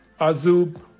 Azub